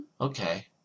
Okay